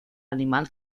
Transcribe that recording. animal